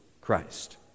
Christ